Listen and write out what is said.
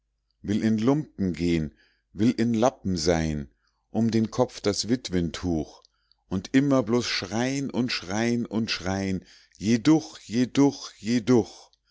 will in lumpen gehn will in lappen sein um den kopf das witwentuch und immer bloß schrein und schrein und schrein jeduch jeduch jeduch